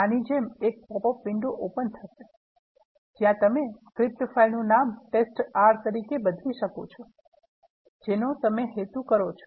આની જેમ એક પોપ અપ વિન્ડો ઓપન થશે જ્યાં તમે સ્ક્રિપ્ટ ફાઇલનું નામ test R તરીકે બદલી શકો છો જેનો તમે હેતુ કરો છો